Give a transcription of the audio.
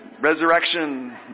Resurrection